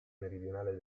meridionale